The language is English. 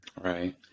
Right